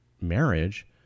marriage